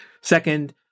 Second